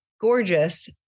gorgeous